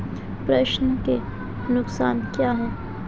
प्रेषण के नुकसान क्या हैं?